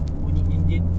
bunyi enjin